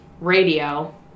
radio